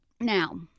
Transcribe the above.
Now